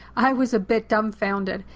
i was a bit dumbfounded.